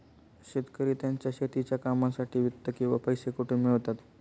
शेतकरी त्यांच्या शेतीच्या कामांसाठी वित्त किंवा पैसा कुठून मिळवतात?